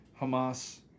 Hamas